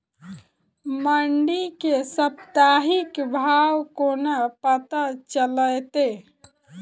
मंडी केँ साप्ताहिक भाव कोना पत्ता चलतै?